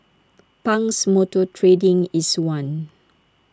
Pang's motor trading is one